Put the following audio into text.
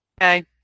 okay